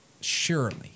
Surely